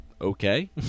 okay